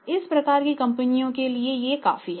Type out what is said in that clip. इस प्रकार की कंपनियों के लिए यह काफी है